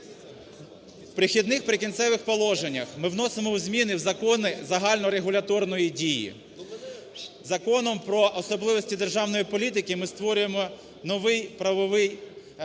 В "Перехідних і прикінцевих" положеннях ми вносимо зміни в закони загальної регуляторної дії. Законом про особливості державної політики ми створюємо новий правовий елемент